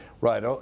Right